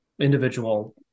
individual